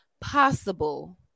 possible